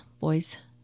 Boys